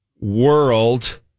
world